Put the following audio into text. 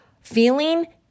feeling